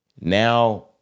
now